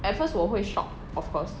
at first 我会 shock of course